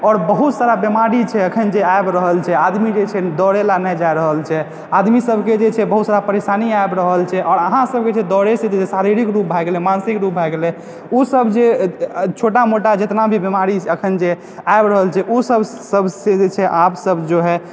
आओर बहुत सारा बीमारी छै अखन जे आबि रहल छै आदमी जे छै दौड़यलऽ नहि जा रहल छै आदमी सभके जे छै बहुत सारा परेशानी आबि रहल छै आओर अहाँसभके दौड़यसँ जे छै शारीरिक रूप भए गेलय मानसिक रूप भए गेलय ओसभ जे छोटा मोटा जेतना भी बीमारी अखन जे आबि रहल छै ओ सभसे जे छै आपसब जो है